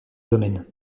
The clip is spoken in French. domaine